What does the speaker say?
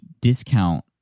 discount